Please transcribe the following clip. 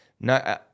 no